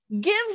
gives